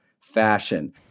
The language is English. fashion